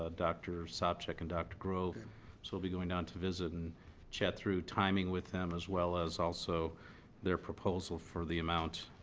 ah dr. sopcich and dr. grove. so we'll be going down to visit and chat through timing with them as well as also their proposal for the amount